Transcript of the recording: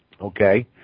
Okay